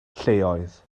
lleoedd